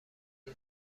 این